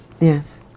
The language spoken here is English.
Yes